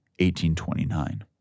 1829